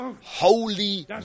holy